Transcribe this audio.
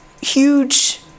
huge